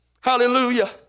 hallelujah